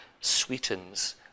sweetens